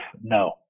no